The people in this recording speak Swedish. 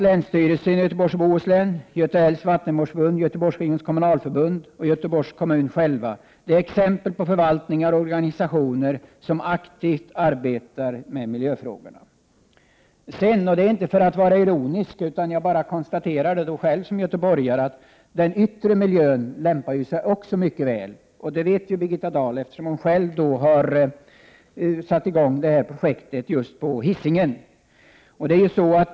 Länsstyrelsen, Göta älvs vattenvårdsförbund, Göteborgsregionens kommunalförbund och Göteborgs kommun är exempel på förvaltningar och organisationer som aktivt arbetar med miljöfrågorna. Den yttre miljön lämpar sig också mycket väl för ett institut av detta slag. Det säger jag inte för att vara ironisk, utan jag bara konstaterar det som göteborgare. Detta vet ju Birgitta Dahl, eftersom hon själv har satt i gång ett projekt på Hisingen.